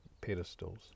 pedestals